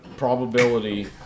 Probability